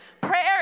Prayer